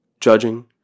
judging